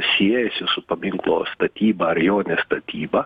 siejasi su paminklo statyba ar jo statyba